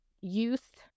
youth